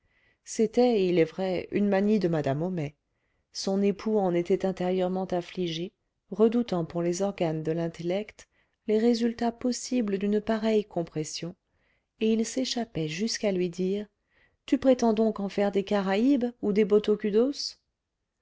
c'était il est vrai une manie de madame homais son époux en était intérieurement affligé redoutant pour les organes de l'intellect les résultats possibles d'une pareille compression et il s'échappait jusqu'à lui dire tu prétends donc en faire des caraïbes ou des